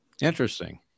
Interesting